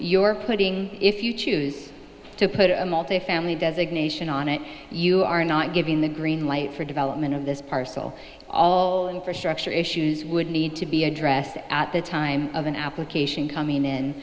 your putting if you choose to put a multifamily designation on it you are not giving the green light for development of this parcel all infrastructure issues would need to be addressed at the time of an application coming in